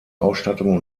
ausstattung